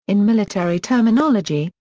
in military terminology,